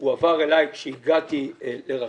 זה הועבר אלי עת הגעתי לרח"ל.